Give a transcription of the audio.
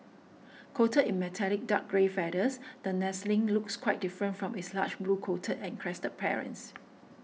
coated in metallic dark grey feathers the nestling looks quite different from its large blue coated and crested parents